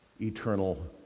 eternal